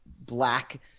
black